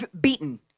beaten